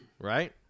right